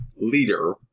leader